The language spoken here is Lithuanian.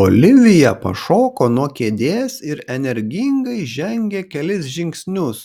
olivija pašoko nuo kėdės ir energingai žengė kelis žingsnius